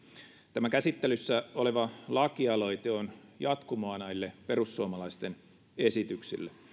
tämä käsittelyssä oleva lakialoite on jatkumoa näille perussuomalaisten esityksille